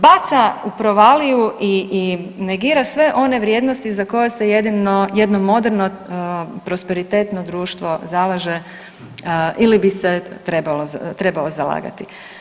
Baca u provaliju i negira sve one vrijednosti za koje se jedno moderno, prosperitetno društvo zalaže ili bi se trebalo zalagati.